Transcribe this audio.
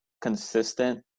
consistent